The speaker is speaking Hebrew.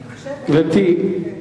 אני חושבת, גברתי,